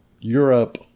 Europe